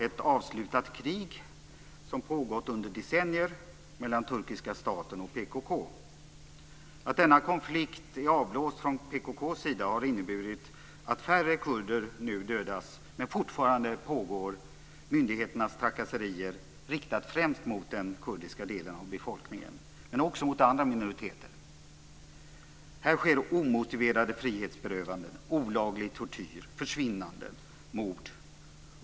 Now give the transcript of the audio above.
Ett krig som pågått under decennier mellan turkiska staten och PKK har avslutats. Att denna konflikt är avblåst från PKK:s sida har inneburit att färre kurder nu dödas, men fortfarande pågår myndigheternas trakasserier riktade främst mot den kurdiska delen av befolkningen, men också mot andra minoriteter. Här sker omotiverade frihetsberövanden, olaglig tortyr, försvinnanden och mord.